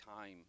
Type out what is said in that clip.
time